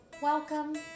Welcome